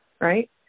Right